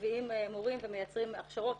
מביאים מורים ומייצרים הכשרות.